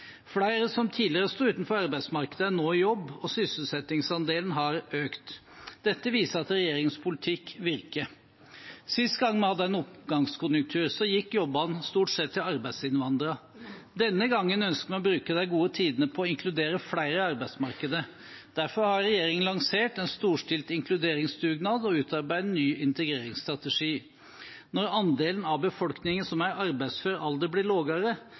Flere som tidligere sto utenfor arbeidsmarkedet, er nå i jobb, og sysselsettingsandelen har økt. Dette viser at regjeringens politikk virker. Sist gang vi hadde en oppgangskonjunktur, gikk jobbene stort sett til arbeidsinnvandrere. Denne gangen ønsker vi å bruke de gode tidene på å inkludere flere i arbeidsmarkedet. Derfor har regjeringen lansert en storstilt inkluderingsdugnad og utarbeidet en ny integreringsstrategi. Når andelen av befolkningen som er i arbeidsfør alder, blir